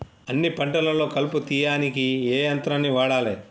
అన్ని పంటలలో కలుపు తీయనీకి ఏ యంత్రాన్ని వాడాలే?